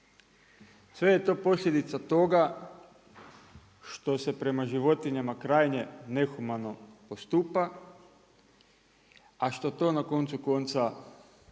Sve je to posljedica toga što se prema životinjama krajnje nehumano postupa a što to na koncu konca